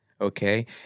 Okay